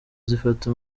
zifata